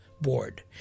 board